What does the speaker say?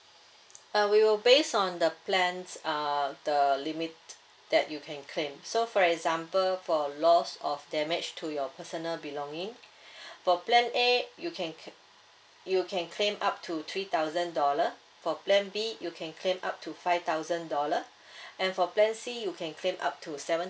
uh we will based on the plans err the limit that you can claim so for example for loss of damage to your personal belonging per plan A you can ca~ you can claim up to three thousand dollar for plan B you can claim up to five thousand dollar and for plan C you can claim up to seven